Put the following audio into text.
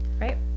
Right